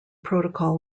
protocol